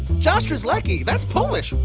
josh terzlecki, that's polish. boy,